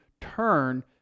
turn